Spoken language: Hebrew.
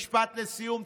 משפט לסיום.